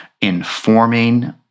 informing